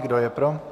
Kdo je pro?